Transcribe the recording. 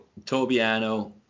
Tobiano